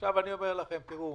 עכשיו, אני אומר לכם: תראו,